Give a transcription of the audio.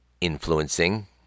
influencing